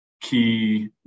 key